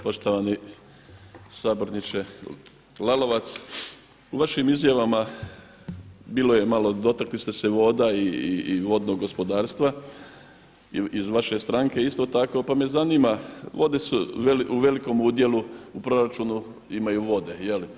Poštovani saborniče Lalovac, u vašim izjavama bilo je malo, dotakli ste se voda i vodnog gospodarstva, iz vaše stranke isto tako pa me zanima, vode su u velikom udjelu u proračunu, imaju vode.